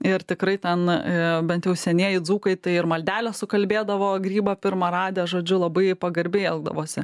ir tikrai ten bent jau senieji dzūkai tai ir maldelę sukalbėdavo grybą pirmą radę žodžiu labai pagarbiai elgdavosi